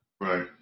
Right